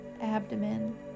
abdomen